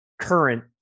current